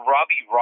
Robbie